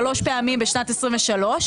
שלוש פעמים בשנת 2023,